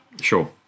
Sure